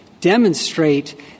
demonstrate